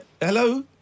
Hello